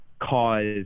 cause